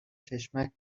چشمک